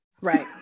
Right